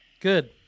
good